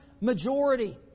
majority